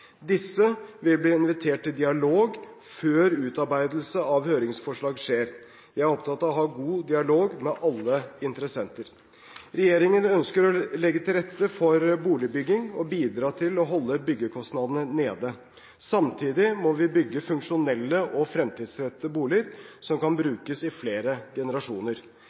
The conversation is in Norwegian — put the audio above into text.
Disse vil bli invitert til dialog før utarbeidelse av høringsforslag skjer. Jeg er opptatt av å ha en god dialog med alle interessenter. Regjeringen ønsker å legge til rette for boligbygging og bidra til å holde byggekostnadene nede. Samtidig må vi bygge funksjonelle og fremtidsrettede boliger som kan brukes i flere generasjoner.